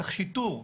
צריך שיטור,